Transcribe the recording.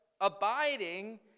abiding